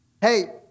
Hey